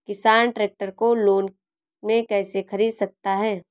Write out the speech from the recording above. किसान ट्रैक्टर को लोन में कैसे ख़रीद सकता है?